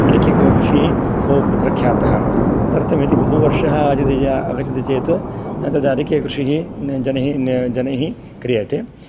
अडिकेकृषिः बहु प्रख्यातः तदर्थमिति बहुवर्षा यदि आगच्छति चेत् तद् अडिकेकृषिः जनैः जनैः क्रियते